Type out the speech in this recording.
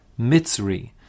Mitzri